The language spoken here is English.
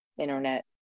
internet